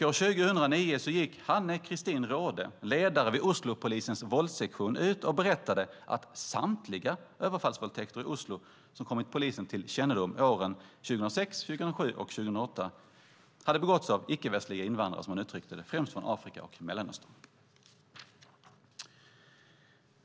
År 2009 gick Hanne Kristin Rodhe, ledare vid Oslopolisens våldssektion, ut och berättade att samtliga överfallsvåldtäkter i Oslo som kommit till polisens kännedom åren 2006, 2007 och 2008 hade begåtts av, som hon uttryckte det, icke-västliga invandrare främst från Afrika och Mellanöstern.